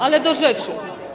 Ale do rzeczy.